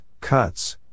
cuts